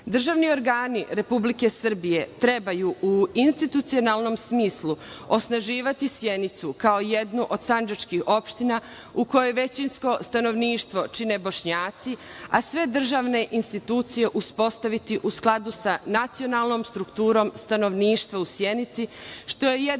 Državni organi Republike Srbije trebaju u institucionalnom smislu osnaživati Sjenicu kao jednu od sandžačkih opština u kojoj većinskoj stanovništvo čine Bošnjaci, a sve državne institucije uspostaviti u skladu sa nacionalnom strukturom stanovništva u Sjenici, što je jedan od